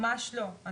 ממש לא,